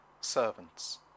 servants